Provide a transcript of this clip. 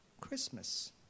Christmas